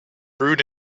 brewed